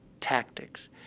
tactics